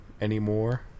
anymore